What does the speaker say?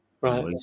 Right